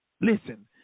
Listen